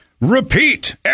repeat